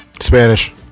Spanish